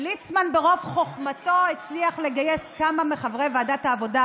ליצמן ברוב חוכמתו הצליח לגייס כמה מחברי ועדת העבודה,